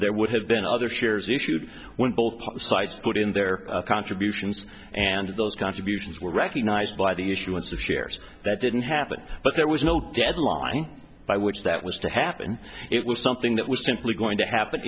there would have been other shares issued when both sides put in their contributions and those contributions were recognised by the issuance of shares that didn't happen but there was no deadline by which that was to happen it was something that was simply going to happen